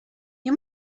nie